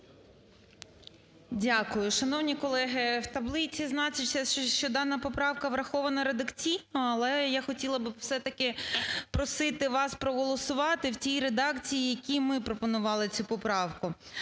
Дякую. Шановні колеги, в таблиці значиться, що дана поправка врахована редакційно, але я хотіла би все-таки просити вас проголосувати в тій редакції, в якій ми пропонували цю поправку.